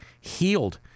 healed